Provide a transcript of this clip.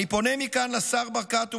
אני פונה מכאן לשר ברקת ומבקש: